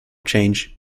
change